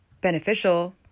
beneficial